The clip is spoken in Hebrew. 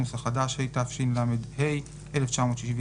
התשל"ה-1975),